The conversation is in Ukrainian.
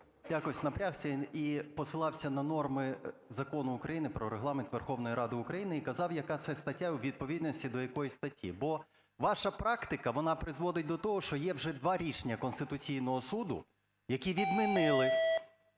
якось напрягся і посилався на норми Закону України "Про Регламент Верховної Ради України", і казав, яка це стаття, у відповідності до якої статті. Бо ваша практика, вона призводить до того, є вже два рішення Конституційного Суду, які відмінили